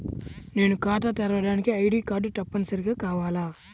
నేను ఖాతా తెరవడానికి ఐ.డీ కార్డు తప్పనిసారిగా కావాలా?